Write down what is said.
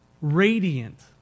Radiant